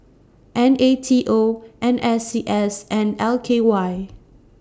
N A T O N S C S and L K Y